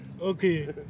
Okay